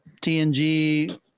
TNG